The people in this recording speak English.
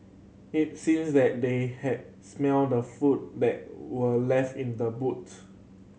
it seemed that they had smelt the food that were left in the boot